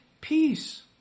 peace